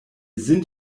sind